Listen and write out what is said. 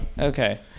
okay